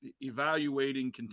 evaluating